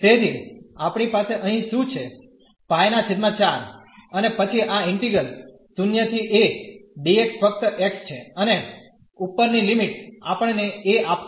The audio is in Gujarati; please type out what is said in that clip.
તેથી આપણી પાસે અહીં શું છે π4 અને પછી આ ઇન્ટીગ્રલ 0 ¿a dx ફક્ત x છે અને ઉપર ની લિમિટ આપણ ને a આપશે